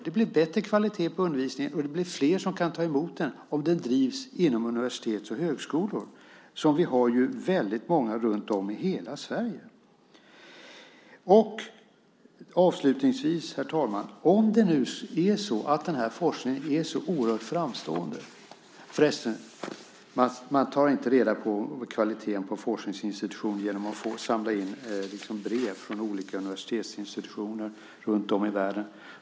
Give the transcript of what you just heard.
Det blir bättre kvalitet på undervisningen och det blir flera som kan ta emot den om den bedrivs inom universitet och högskolor, som vi har väldigt många runtom i hela Sverige. Man tar inte reda på kvaliteten på en forskningsinstitution genom att samla in brev från olika universitetsinstitutioner runtom i världen.